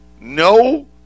No